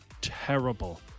terrible